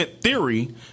theory